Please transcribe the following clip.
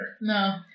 No